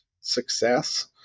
success